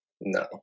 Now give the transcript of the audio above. No